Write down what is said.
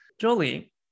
Jolie